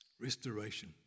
Restoration